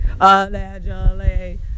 Allegedly